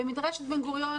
במדרשת בן גוריון